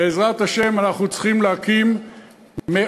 בעזרת השם, אנחנו צריכים להקים מאות,